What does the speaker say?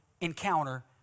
encounter